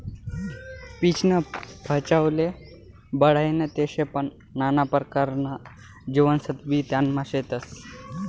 पीचनं फय चवले बढाईनं ते शे पन नाना परकारना जीवनसत्वबी त्यानामा शेतस